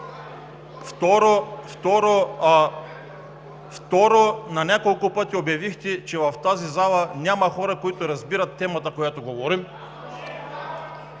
Второ, на няколко пъти обявихте, че в тази зала няма хора, които разбират темата, за която говорим.